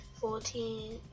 fourteen